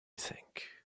think